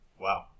Wow